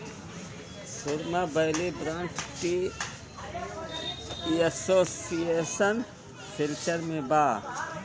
सुरमा valley branch tea association Silchar में बा